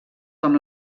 com